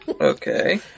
Okay